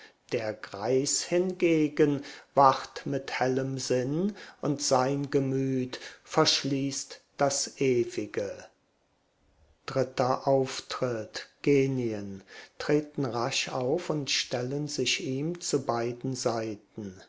der greis hingegen wacht mit hellem sinn und sein gemüt verschließt das ewige dritter auftritt genien treten rasch auf und stellen sich ihm zu beiden seiten